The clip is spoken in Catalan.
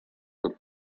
tot